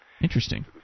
Interesting